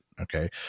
okay